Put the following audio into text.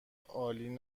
عالی